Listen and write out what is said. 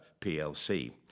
PLC